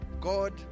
God